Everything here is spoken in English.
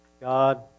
God